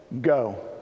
go